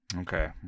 Okay